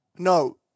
No